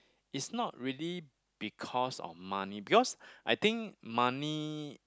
it's not really because of money because I think money